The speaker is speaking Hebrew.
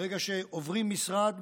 ברגע שעוברים משרד,